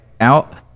out